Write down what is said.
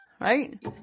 right